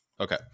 Okay